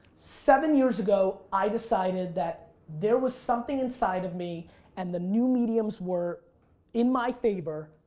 seven years ago i decided that there was something inside of me and the new mediums were in my favor,